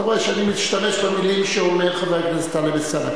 אתה רואה שאני משתמש במלים שאומר חבר הכנסת טלב אלסאנע.